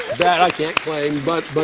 that i can't claim. but, but